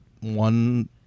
one